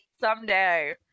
Someday